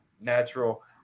natural